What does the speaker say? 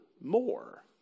more